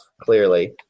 clearly